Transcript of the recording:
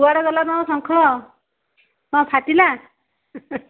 କୁଆଡ଼େ ଗଲା ତମ ଶଙ୍ଖ କ'ଣ ଫାଟିଲା